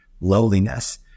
lowliness